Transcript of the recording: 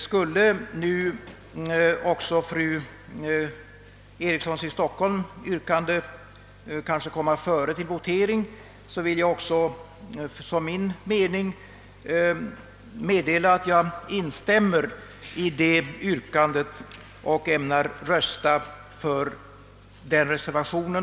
Skulle nu också fru Erikssons i Stockholm yrkande komma före till votering vill jag meddela att jag instämmer i detta yrkande och ämnar rösta för reservationen.